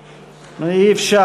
64,